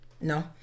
No